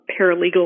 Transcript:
paralegal